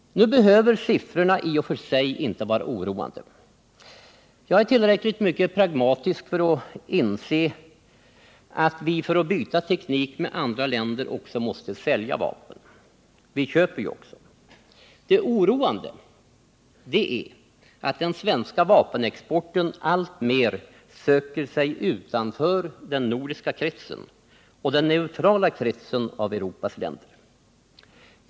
Nu behöver siffrorna i och för sig inte vara oroande. Jag är tillräckligt mycket pragmatisk för att inse att vi för att byta teknik med andra länder också måste sälja vapen. Vi köper ju också. Det oroande är att den svenska vapenexporten alltmer söker sig utanför den nordiska kretsen och kretsen av Europas neutrala länder.